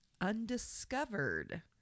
undiscovered